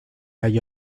hay